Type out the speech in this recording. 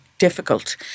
difficult